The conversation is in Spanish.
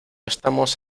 estamos